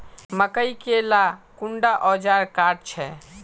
मकई के ला कुंडा ओजार काट छै?